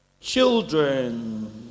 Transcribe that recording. Children